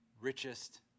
richest